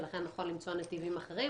ולכן נכון למצוא נתיבים אחרים.